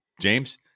James